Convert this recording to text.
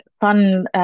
fun